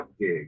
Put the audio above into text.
gig